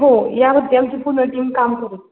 हो यावरती आमची पूर्ण टीम काम करेल